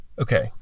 Okay